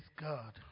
God